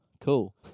cool